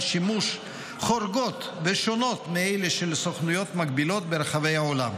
שימוש חורגות ושונות מאלה של סוכנויות מקבילות ברחבי העולם,